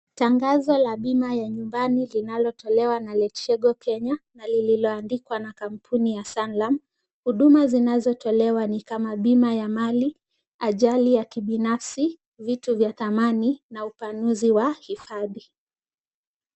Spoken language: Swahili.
Tangazo la bima ya nyumbani linalotolewa na LetsGo Kenya na lililoandikwa na kampuni ya Sanlam. Huduma zinazotolewa ni kama bima ya mali, ajali ya kibinafsi, vitu vya dhamani na upanuzi wa hifadhi.